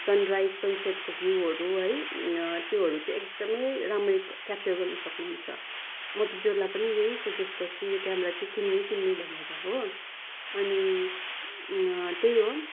sunrise सनसेटको भ्यूहरू है त्योहरू चाहिँ एकदमै राम्ररी क्याप्चर गर्नु सक्नुहुन्छ म त जसलाई पनि चाहिँ सजेस्ट गर्छु यो क्यामेरा चाहिँ किन्नु किन्नु भनेर हो अनि त्यही हो